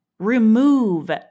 remove